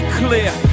clear